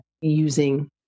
using